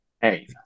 hey